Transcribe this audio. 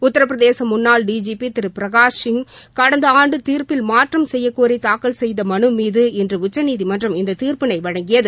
உத்தரபிரதேச முன்னாள் டிஜிபி திரு பிரகாஷ் சிங் கடந்த ஆண்டு தீர்ப்பில் மாற்றம் செய்யக்கோரி தாக்கல் செய்த மனு மீது இன்று உச்சநீதிமன்றம் இந்த தீர்ப்பினை வழங்கியது